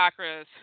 chakras